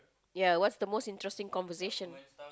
ya what's the most interesting conversation